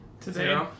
Today